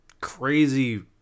crazy